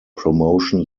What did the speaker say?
promotion